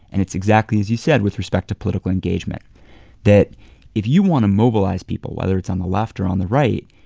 and it's exactly as you said with respect to political engagement that if you want to mobilize people, whether it's on the left or on the right,